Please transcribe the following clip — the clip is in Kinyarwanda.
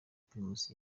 primus